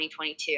2022